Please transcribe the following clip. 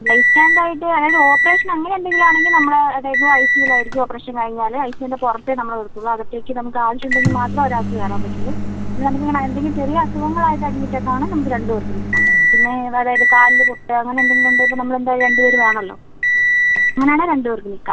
by stand ആയിട്ട് അതായത് operation അങ്ങനെ എന്തെങ്കിലും ആണെങ്കിൽ നമ്മൾ അതായത് ഐ സി യുവിലായിരിക്കും ഓപ്പറേഷൻ കഴിഞ്ഞാൽ ഐ സി യുൻ്റെ പുറത്തേ നമ്മളെ നിർത്തുള്ളൂ അകത്തേക്ക് നമുക്ക് ആവശ്യം ഉണ്ടെങ്കിൽ മാത്രം ഒരാൾക്ക് കയറാൻ പറ്റുള്ളൂ പിന്നെ നിങ്ങൾ എന്തെങ്കിലും ചെറിയ അസുഖങ്ങളായിട്ട് അഡ്മിറ്റഡ് ആണെങ്കിൽ നമുക്ക് രണ്ടുപേർക്കും നിൽക്കാം പിന്നെ അതായത് കാലിന് പൊട്ട് അങ്ങനെ എന്തെങ്കിലും ഉണ്ടെങ്കിൽ നമ്മൾ എന്തായാലും രണ്ട് പേർ വേണമല്ലോ അങ്ങനെ ആണെങ്കിൽ രണ്ട് പേർക്ക് നിൽക്കാം